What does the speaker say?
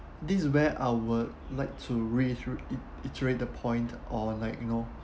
this is where I would like to reiterate ~iterate the point on and like you know